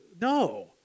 no